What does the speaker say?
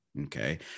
okay